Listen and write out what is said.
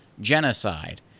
genocide